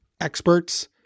experts